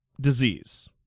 disease